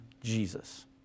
Jesus